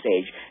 stage